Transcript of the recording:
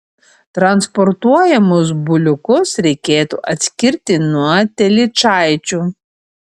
transportuojamus buliukus reikėtų atskirti nuo telyčaičių